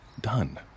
Done